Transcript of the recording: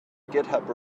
github